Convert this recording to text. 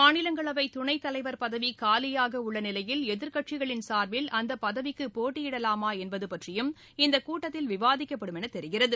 மாநிலங்களவை துணைத்தலைவர் பதவி காலியாக உள்ள நிலையில் எதிர்க்கட்சிகளின் சார்பில் அந்தப்பதவிக்கு போட்டியிடலாமா என்பது பற்றியும் இந்தக்கூட்டத்தில் விவாதிக்கப்படுமென தெரிகிறது